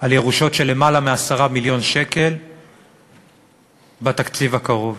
על ירושות של יותר מ-10 מיליון שקל בתקציב הקרוב.